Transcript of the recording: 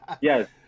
yes